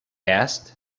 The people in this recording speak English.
asked